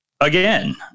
again